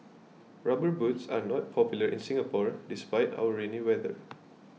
rubber boots are not popular in Singapore despite our rainy weather